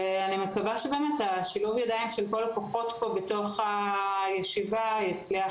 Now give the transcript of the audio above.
אני מקווה ששילוב הידיים של כל הכוחות פה בישיבה יצליח